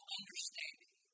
understanding